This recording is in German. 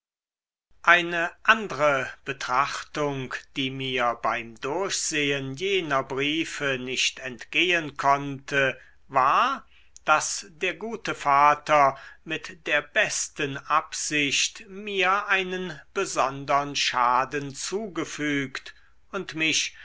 eine andre betrachtung die mir beim durchsehen jener briefe nicht entgehen konnte war daß der gute vater mit der besten absicht mir einen besondern schaden zugefügt und mich